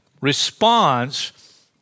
response